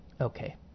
Okay